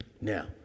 Now